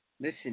listen